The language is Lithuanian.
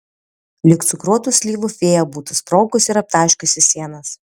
lyg cukruotų slyvų fėja būtų sprogusi ir aptaškiusi sienas